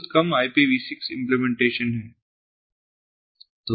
बहुत कम IPV6 implementation हैं